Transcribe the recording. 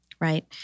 Right